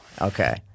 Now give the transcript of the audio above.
Okay